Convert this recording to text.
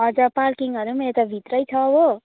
हजुर पार्किङहरू पनि यता भित्रै छ हो